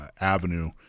avenue